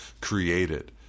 created